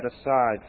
aside